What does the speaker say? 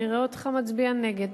נראה אותך מצביע נגד.